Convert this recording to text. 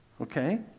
Okay